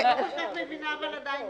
אני לא מבינה עדיין מה את רוצה.